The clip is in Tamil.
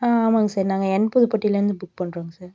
ஆ ஆமாங்க சார் நாங்கள் எம் புதுப்பட்டியிலேருந்து புக் பண்ணுறோங்க சார்